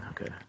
okay